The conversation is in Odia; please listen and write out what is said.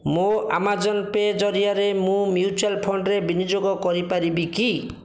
ମୋ ଆମାଜନ୍ ପେ ଜରିଆରେ ମୁଁ ମ୍ୟୁଚୁଆଲ୍ ଫଣ୍ଡ୍ ରେ ବିନିଯୋଗ କରିପାରିବି କି